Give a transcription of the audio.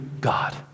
God